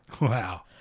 Wow